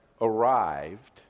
arrived